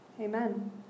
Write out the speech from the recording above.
Amen